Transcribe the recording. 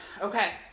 Okay